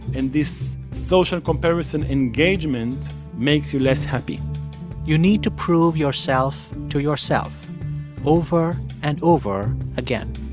and this social comparison engagement makes you less happy you need to prove yourself to yourself over and over again.